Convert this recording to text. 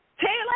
Taylor